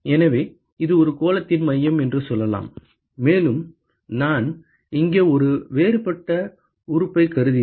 எனவே இது கோளத்தின் மையம் என்று சொல்லலாம் மேலும் நான் இங்கே ஒரு வேறுபட்ட உறுப்பை கருதினால்